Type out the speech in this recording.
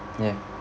ya